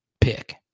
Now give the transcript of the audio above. pick